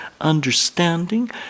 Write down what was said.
understanding